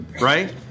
right